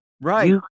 Right